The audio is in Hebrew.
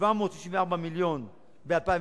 764 מיליון ב-2012.